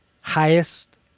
highest